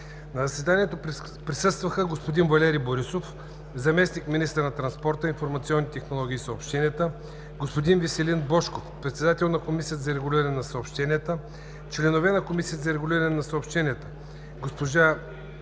На заседанието присъстваха: господин Валери Борисов – заместник-министър на транспорта, информационните технологии и съобщенията, господин Веселин Божков – председател на Комисията за регулиране на съобщенията, членовете на Комисията за регулиране на съобщенията – госпожа